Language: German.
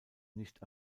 nicht